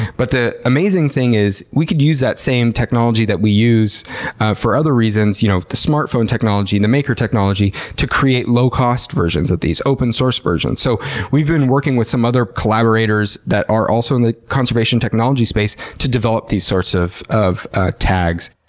but the amazing thing is we could use that same technology that we use for other reasons, you know, the smartphone technology, the maker technology, to create low cost versions of these, open source versions. so we've been working with some other collaborators that are also in the conservation technology space to develop these sorts of of ah tags.